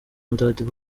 mutagatifu